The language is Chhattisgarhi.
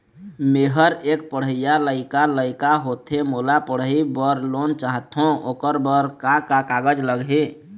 मेहर एक पढ़इया लइका लइका होथे मोला पढ़ई बर लोन चाहथों ओकर बर का का कागज लगही?